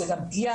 זה גם פגיעה,